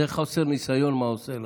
חוסר ניסיון, מה עושה לאנשים.